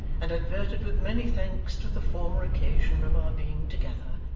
and adverted with many thanks to the former occasion of our being together,